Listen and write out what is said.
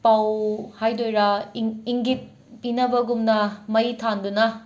ꯄꯥꯎ ꯍꯥꯏꯗꯣꯏꯔ ꯏꯪ ꯏꯪꯒꯤꯠ ꯄꯤꯅꯕꯒꯨꯝꯅ ꯃꯩ ꯊꯥꯟꯗꯨꯅ